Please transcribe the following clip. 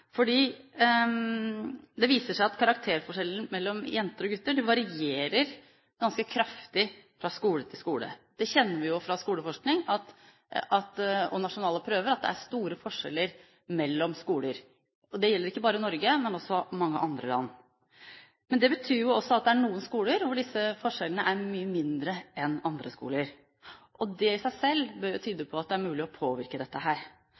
det viser seg at karakterforskjellene mellom jenter og gutter varierer ganske kraftig fra skole til skole. Vi kjenner fra skoleforskning og nasjonale prøver at det er store forskjeller mellom skoler. Det gjelder ikke bare i Norge, men også i mange andre land. Det betyr at det er noen skoler hvor disse forskjellene er mye mindre enn på andre skoler. Det i seg selv bør tyde på at det er mulig å påvirke dette.